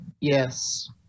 Yes